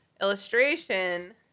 illustration